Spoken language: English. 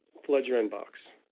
flood your inbox.